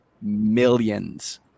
millions